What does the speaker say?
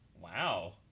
wow